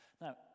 Now